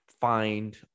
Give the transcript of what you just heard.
find